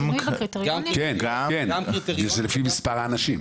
גם קריטריונים וגם מספר האנשים.